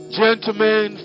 gentlemen